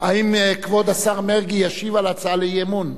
האם כבוד השר מרגי ישיב על הצעת האי-אמון?